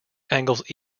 angles